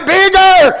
bigger